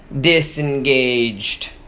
disengaged